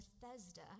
Bethesda